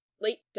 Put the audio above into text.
Late